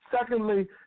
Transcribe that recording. Secondly